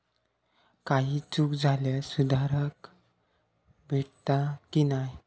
काही चूक झाल्यास सुधारक भेटता की नाय?